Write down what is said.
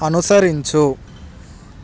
అనుసరించు